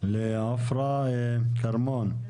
לעופרה כרמון,